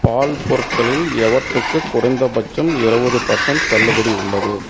பால் பொருட்களில் எவற்றுக்கு குறைந்தபட்சம் எழுவது பெர்சண்ட் தள்ளுபடி உள்ளது